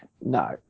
no